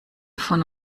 von